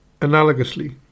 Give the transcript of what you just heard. analogously